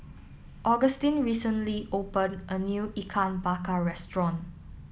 Agustin recently opened a new Ikan Bakar Restaurant